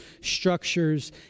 structures